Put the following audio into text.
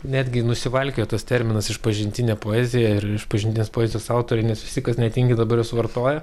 netgi nusivalkiojo tas terminas išpažintinė poezija ir išpažintinės poezijos autoriai nes visi kas netingi dabar juos vartoja